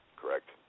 correct